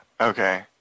Okay